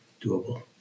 doable